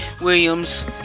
Williams